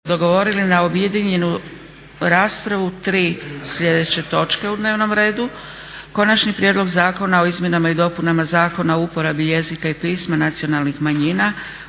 klubovi dogovorili na objedinjenu raspravu tri slijedeće točke u dnevnom redu: - Konačni prijedlog zakona o izmjenama i dopunama Zakona o uporabi jezika i pisma nacionalnih manjina